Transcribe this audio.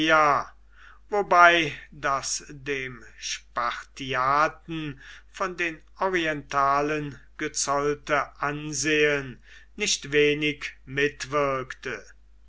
wobei das dem spartiaten von den orientalen gezollte ansehen nicht wenig mitwirkte